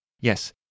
Yes